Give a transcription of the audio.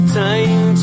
time